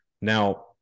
Now